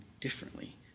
differently